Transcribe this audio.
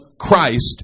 Christ